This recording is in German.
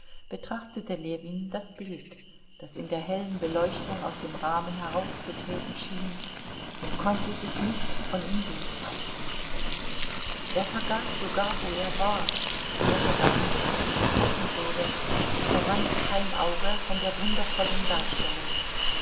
betrachtete ljewin das bild das in der hellen beleuchtung aus dem rahmen herauszutreten schien und konnte sich nicht von ihm losreißen er vergaß sogar wo er war hörte gar nicht was gesprochen wurde und verwandte kein auge von der wundervollen darstellung